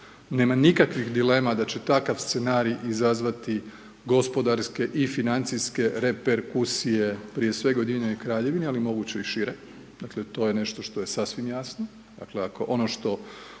Nema nikakvih dilema da će takav scenarij izazvati gospodarske i financijske reperkusije, prije svega Ujedinjenim Kraljevini, ali moguće i šire, dakle, to je nešto što je sasvim jasno. Dakle, ako ono